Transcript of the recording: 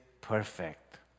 perfect